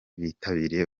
bitabiriye